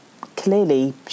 clearly